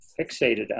fixated